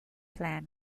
plan